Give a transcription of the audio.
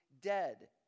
dead